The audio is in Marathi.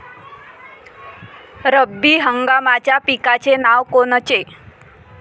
रब्बी हंगामाच्या पिकाचे नावं कोनचे?